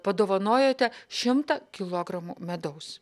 padovanojote šimtą kilogramų medaus